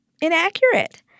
inaccurate